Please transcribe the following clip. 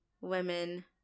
women